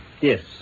Yes